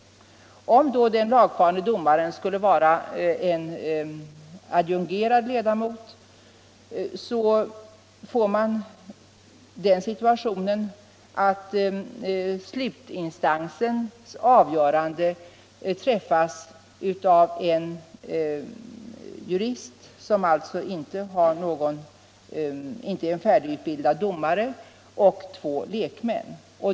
Om då den lagfarne domaren skulle vara en adjungerad ledamot får man den situationen att slutinstansens avgörande träffas av en jurist, som alltså inte är färdigutbildad domare, och två lekmän.